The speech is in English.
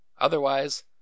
Otherwise